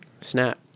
Snap